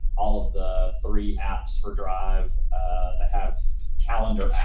all of the three apps for drive ah have calendar